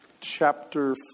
chapter